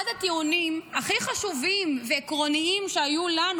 אחד הטיעונים הכי חשובים ועקרוניים שהיו לנו